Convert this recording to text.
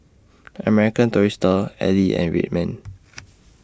American Tourister Elle and Red Man